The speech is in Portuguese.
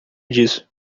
disso